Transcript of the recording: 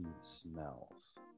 smells